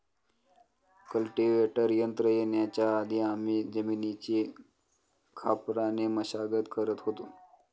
cultivator यंत्र येण्याच्या आधी आम्ही जमिनीची खापराने मशागत करत होतो